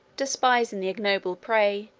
despising the ignoble prey,